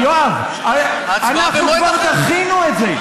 יואב, הרי אנחנו כבר דחינו את זה.